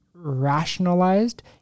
rationalized